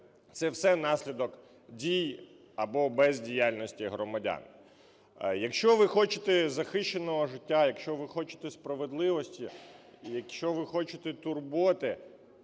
це все наслідок дій або бездіяльності громадян. Якщо ви хочете захищеного життя, якщо ви хочете справедливості, якщо ви хочете турботи